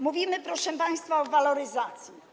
Mówimy, proszę państwa, o waloryzacji.